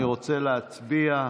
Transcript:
אני רוצה להצביע.